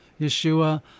Yeshua